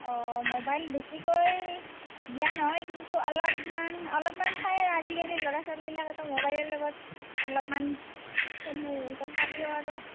অঁ ম'বাইল বেছিকৈ দিয়া নহয় কিন্তু অলপমান অলপমান চাই আজি কালিৰ ল'ৰা ছোৱালী বিলাকেটো ম'বাইলৰ লগত অলপমান তথাপিও আৰু